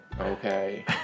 Okay